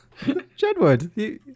Jedward